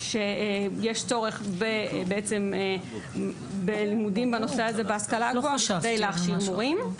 יש צורך בלימודים בנושא הזה כדי להכשיר מורים.